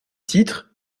titre